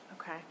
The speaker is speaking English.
Okay